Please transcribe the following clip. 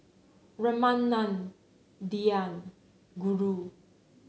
Ramanand Dhyan Guru